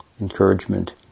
encouragement